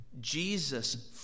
Jesus